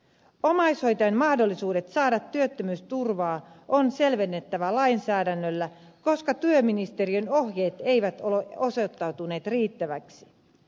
omaishoitajan mahdollisuudet saada työttömyysturvaa on selvennettävä lainsäädännöllä koska työministeriön ohjeet eivät ole osoittautuneet riittäviksi